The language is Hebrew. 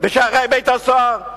בשערי בית-הסוהר?